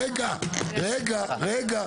רגע, רגע.